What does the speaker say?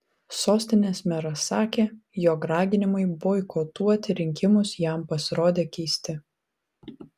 sostinės meras sakė jog raginimai boikotuoti rinkimus jam pasirodė keisti